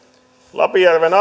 lapinjärven